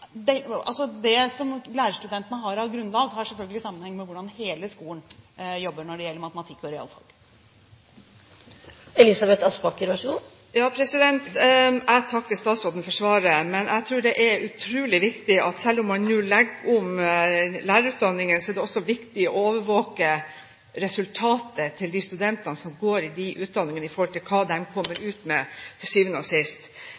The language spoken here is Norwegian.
med hvordan hele skolen jobber når det gjelder matematikk og realfag. Jeg takker statsråden for svaret. Jeg tror det er utrolig viktig at selv om man nå legger om lærerutdanningene, er det også viktig å overvåke resultatet til de studentene som er under utdanning, i forhold til det de kommer ut med til syvende og